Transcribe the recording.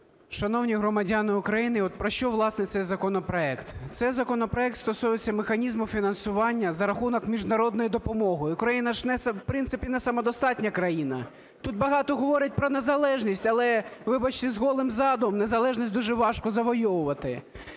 Шановні громадяни України, от про що, власне, цей законопроект? Цей законопроект стосується механізму фінансування за рахунок міжнародної допомоги. Україна ж, в принципі, не самодостатня країна. Тут багато говорять про незалежність, але, вибачте, з голим задом незалежність дуже важко завойовувати.